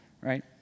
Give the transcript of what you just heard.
Right